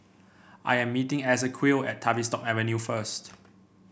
I am meeting Esequiel at Tavistock Avenue first